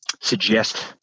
suggest